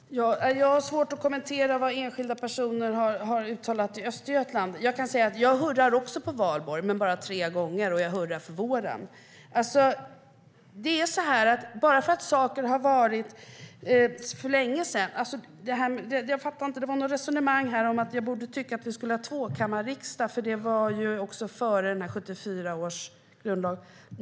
Herr talman! Jag har svårt att kommentera vad enskilda personer har uttalat i Östergötland. Jag kan säga att jag hurrar också på valborg, men bara tre gånger, och jag hurrar för våren. Jag förstod inte resonemanget att jag borde tycka att vi ska ha tvåkammarriksdag eftersom den var före 1974 års grundlag.